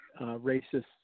racists